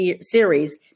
series